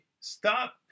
stop